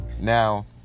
Now